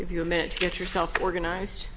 if you meant to get yourself organized